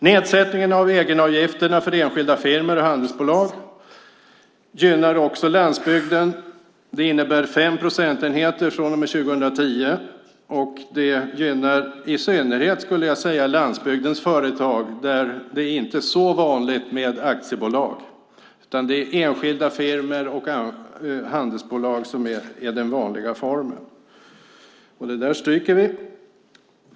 Nedsättningen av egenavgifterna för enskilda firmor och handelsbolag gynnar också landsbygden. Det innebär 5 procentenheter från och med 2010. Det gynnar i synnerhet landsbygdens företag där det inte är så vanligt med aktiebolag, utan det är enskilda firmor och handelsbolag som är den vanliga formen.